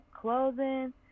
clothing